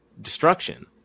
Destruction